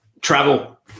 Travel